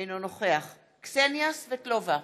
אינו נוכח קסניה סבטלובה,